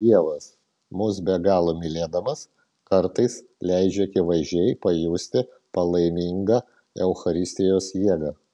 dievas mus be galo mylėdamas kartais leidžia akivaizdžiai pajusti palaimingą eucharistijos jėgą